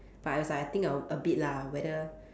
but I was like I think I'll a bit lah whether